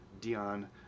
Dion